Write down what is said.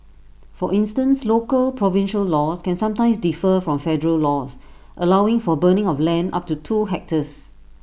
for instance local provincial laws can sometimes differ from federal laws allowing for burning of land up to two hectares